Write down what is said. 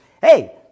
Hey